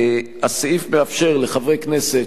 הסעיף מאפשר לחברי כנסת,